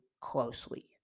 closely